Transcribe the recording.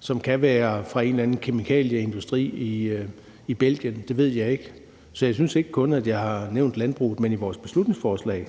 som kan være fra en eller anden kemikalieindustri i Belgien; det ved jeg ikke. Så jeg synes ikke, jeg kun har nævnt landbruget. Men vores beslutningsforslag